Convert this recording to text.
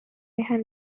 behind